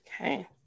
Okay